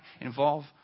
involve